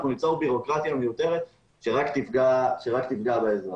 אנחנו ניצור בירוקרטיה מיותרת שרק תפגע באזרח.